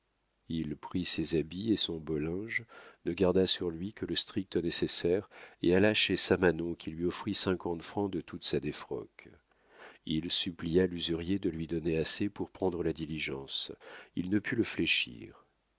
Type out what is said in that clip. il prit ses habits et son beau linge ne garda sur lui que le strict nécessaire et alla chez samanon qui lui offrit cinquante francs de toute sa défroque il supplia l'usurier de lui donner assez pour prendre la diligence il ne put le fléchir